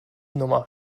nummer